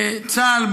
צה"ל,